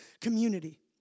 community